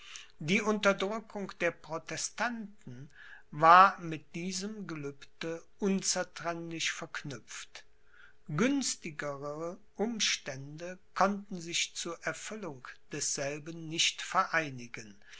die unterdrückung der protestanten war mit diesem gelübde unzertrennlich verknüpft günstigere umstände konnten sich zu erfüllung desselben nicht vereinigen